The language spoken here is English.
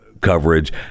coverage